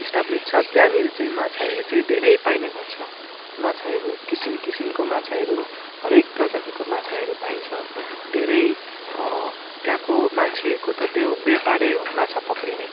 Teesta bridge छ त्यहाँनिर चाहिँ माछाहरू चाहिँ धेरै पाइने गर्छ माछाहरू किसिम किसिमको माछाहरू हरेक प्रजातिको माछाहरू पाइन्छ धेरै त्यहाँको मान्छेहरूको त त्यो व्यापारै हो माछा पक्रिने